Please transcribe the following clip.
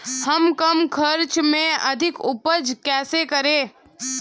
हम कम खर्च में अधिक उपज कैसे करें?